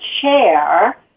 chair